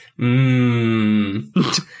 Mmm